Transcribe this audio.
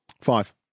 Five